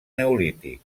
neolític